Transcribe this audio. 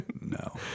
no